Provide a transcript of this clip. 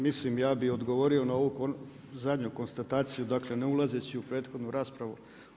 Mislim ja bi odgovorio na ovu zadnju konstataciju, dakle ne ulazeći u prethodnu raspravu.